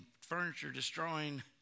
furniture-destroying